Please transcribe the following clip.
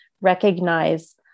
recognize